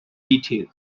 detail